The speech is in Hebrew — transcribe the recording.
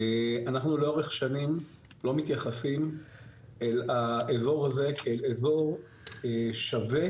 אנחנו לאורך שנים לא מתייחסים אל האזור הזה כאל אזור שווה,